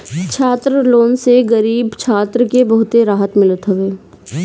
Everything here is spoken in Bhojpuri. छात्र लोन से गरीब छात्र के बहुते रहत मिलत हवे